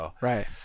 Right